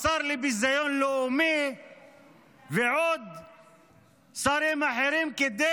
השר לביזיון לאומי ושרים אחרים כדי